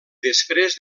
després